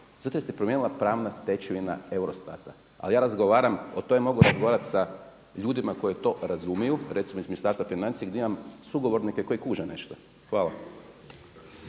Zato jer se promijenila pravna stečevina Eruostat-a. Ali ja razgovaram o tome bi mogao razgovarati sa ljudima koji to razumiju, recimo iz Ministarstva financija gdje imam sugovornike koji kuže nešto. Hvala.